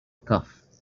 cough